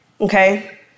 okay